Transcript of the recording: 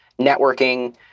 networking